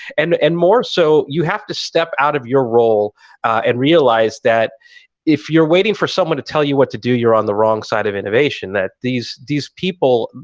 and and more so, you have to step out of your role and realize that if you're waiting for someone to tell you what to do, you're on the wrong side of innovation. these these people,